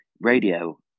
radio